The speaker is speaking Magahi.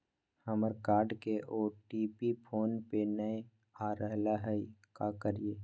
हमर कार्ड के ओ.टी.पी फोन पे नई आ रहलई हई, का करयई?